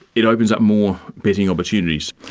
it opens up more betting opportunities.